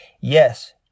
Yes